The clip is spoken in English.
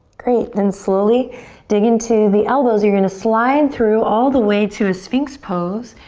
great. then slowly dig into the elbows. you're gonna slide through all the way to a sphinx pose.